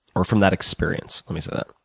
or from that experience? let me say that.